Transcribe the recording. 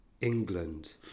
England